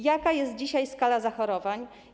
Jaka jest dzisiaj skala zachorowań?